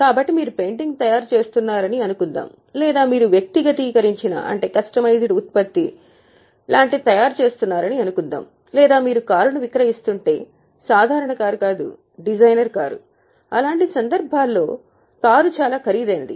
కాబట్టి మీరు పెయింటింగ్ తయారు చేస్తున్నారని అనుకుందాం లేదా మీరు వ్యక్తిగతీకరించిన కష్టమైజ్డ్ ఉత్పత్తి లాంటిది తయారు చేస్తున్నారని అనుకుందాం లేదా మీరు కారును విక్రయిస్తుంటే సాధారణ కారు కాదు ఇది డిజైనర్ కారు అలాంటి సందర్భాల్లో ఇది చాలా ఖరీదైనది